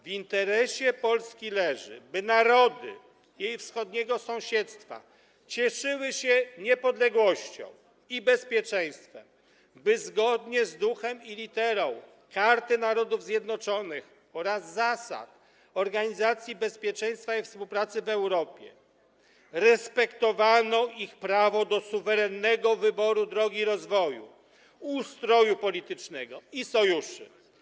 W interesie Polski leży, by narody jej wschodniego sąsiedztwa cieszyły się niepodległością i bezpieczeństwem, by zgodnie z duchem i literą Karty Narodów Zjednoczonych oraz zasad Organizacji Bezpieczeństwa i Współpracy w Europie respektowano ich prawo do suwerennego wyboru drogi rozwoju, ustroju politycznego i sojuszy.